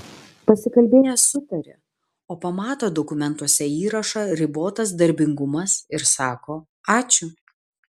pasikalbėjęs sutari o pamato dokumentuose įrašą ribotas darbingumas ir sako ačiū